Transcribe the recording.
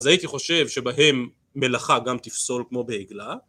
אז הייתי חושב שבהם מלאכה גם תפסול כמו בעגלה